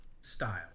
style